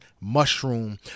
mushroom